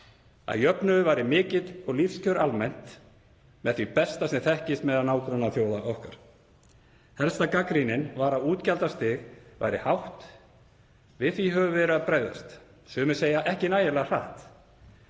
að jöfnuður væri mikill og lífskjör almennt með því besta sem þekkist meðal nágrannaþjóða okkar. Helsta gagnrýnin var að útgjaldastig væri hátt. Við því höfum við verið að bregðast, sumir segja ekki nægilega hratt,